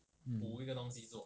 mm